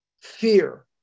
fear